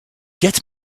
get